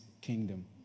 kingdom